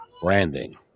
branding